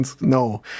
no